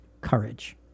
courage